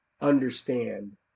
understand